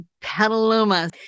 Petaluma